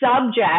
subject